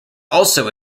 also